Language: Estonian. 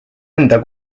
enda